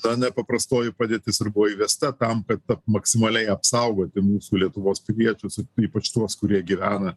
ta nepaprastoji padėtis ir buvo įvesta tam kad maksimaliai apsaugoti mūsų lietuvos piliečius ypač tuos kurie gyvena